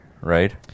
right